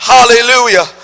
Hallelujah